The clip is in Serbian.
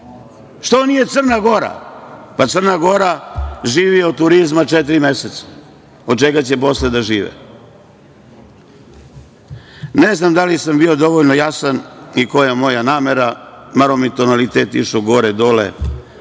destinacija Crna Gora? Crna Gora živi od turizma četiri meseca, od čega će posle da žive? Ne znam da li sam bio dovoljno jasan i koja je moja namera. Malo mi je tonalitet išao gore – dole,